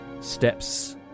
steps